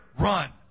Run